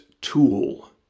tool